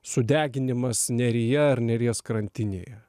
sudeginimas neryje ar neries krantinėje